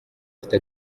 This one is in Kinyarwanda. afite